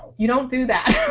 you don't do that.